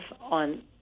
on